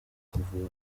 kuvura